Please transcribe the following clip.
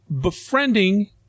befriending